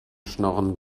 schnorren